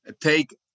take